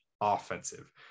offensive